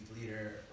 leader